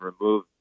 remove